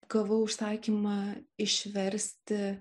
gavau užsakymą išversti